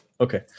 Okay